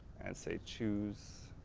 and say choose.